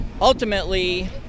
ultimately